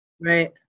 Right